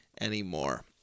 anymore